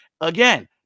Again